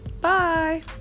bye